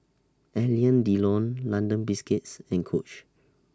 Alain Delon London Biscuits and Coach